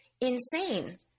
insane